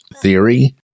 theory